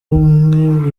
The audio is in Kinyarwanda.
umwe